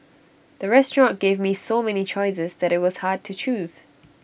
the restaurant gave me so many choices that IT was hard to choose